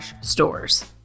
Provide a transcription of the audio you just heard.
stores